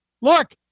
Look